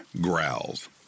growls